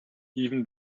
even